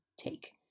take